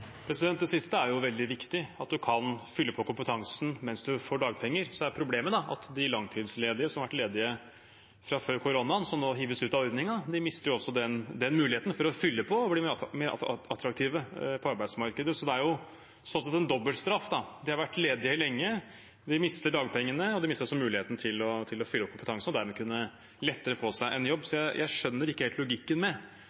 er veldig viktig, at man kan fylle på med kompetanse mens man får dagpenger. Så er problemet at de langtidsledige, de som har vært ledige siden før koronaen, og som nå hives ut av ordningen, også mister den muligheten til å fylle på for å bli mer attraktive på arbeidsmarkedet. Det er sånn sett en dobbelt straff. De har vært ledige lenge, de mister dagpengene, og de mister også muligheten til å fylle opp med kompetanse og dermed lettere kunne få seg en jobb. Så jeg skjønner ikke helt logikken med